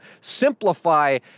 simplify